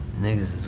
Niggas